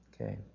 okay